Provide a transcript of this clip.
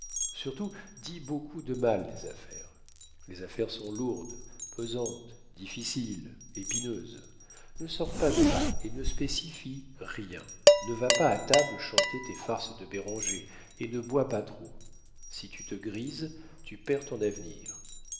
surtout dis beaucoup de mal des affaires les affaires sont lourdes pesantes difficiles épineuses ne sors pas de là et ne spécifie rien ne va pas à table chanter tes farces de béranger et ne bois pas trop si tu te grises tu perds ton avenir